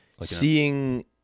Seeing